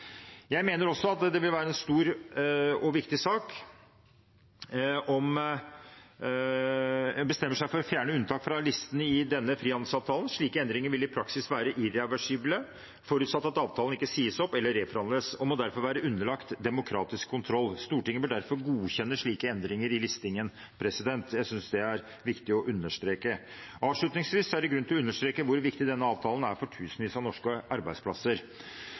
Jeg mener også at det vil være en stor og viktig sak om en bestemmer seg for å fjerne unntak fra listen i denne frihandelsavtalen. Slike endringer vil i praksis være irreversible forutsatt at avtalen ikke sies opp eller reforhandles, og må derfor være underlagt demokratisk kontroll. Stortinget bør derfor godkjenne slike endringer i listingen. Det synes jeg det er viktig å understreke. Avslutningsvis er det grunn til å understreke hvor viktig denne avtalen er for tusenvis av norske arbeidsplasser.